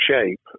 shape